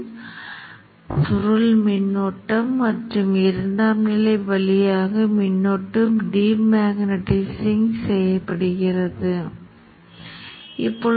நாம் பார்க்க விரும்பும் அலை வடிவத்தின் மற்றொரு முக்கியமான புள்ளி இதன் வழியாக பாயும் மின்னோட்டம் ஆனால் துரதிர்ஷ்டவசமாக அவை இங்கே இல்லை